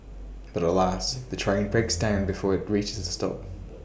but alas the train breaks down before IT reaches the stop